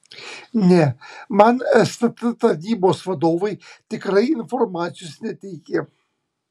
ne man stt tarnybos vadovai tikrai informacijos neteikė